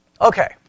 Okay